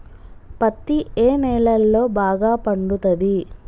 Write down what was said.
పత్తి ఏ నేలల్లో బాగా పండుతది?